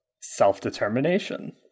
self-determination